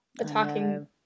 attacking